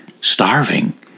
starving